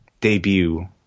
debut